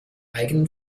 eigenen